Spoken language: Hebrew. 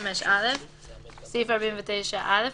(5א)בסעיף 49(א),